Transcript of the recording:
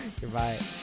Goodbye